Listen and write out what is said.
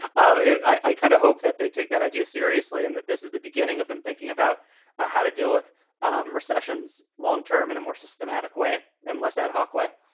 i kind of hope that they take that idea seriously and that this is the beginning of them thinking about ah how to deal with recessions long term in a more systematic way and less ad hoc way